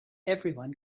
everyone